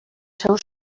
seus